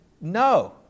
no